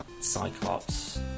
Cyclops